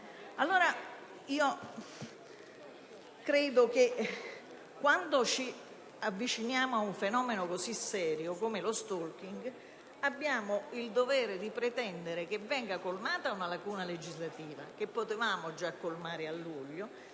serio. Credo che quando ci avviciniamo ad un fenomeno così serio come lo *stalking* abbiamo il dovere di pretendere che venga colmata una lacuna legislativa, che potevamo già colmare a luglio,